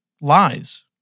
lies